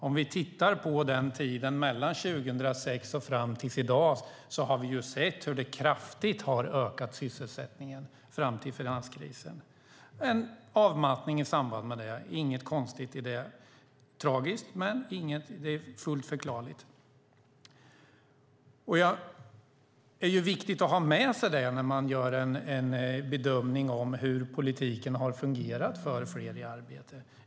Om vi tittar på tiden från 2006 och fram till i dag har vi sett hur sysselsättningen kraftigt har ökat fram till finanskrisen. Det har skett en avmattning i samband med den. Det är inget konstigt i det. Det är tragiskt men fullt förklarligt. Det är viktigt att ha med sig det när man gör en bedömning av hur politiken har fungerat för att få fler i arbete.